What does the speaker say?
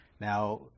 Now